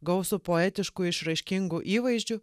gausų poetiškų išraiškingų įvaizdžių